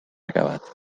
acabat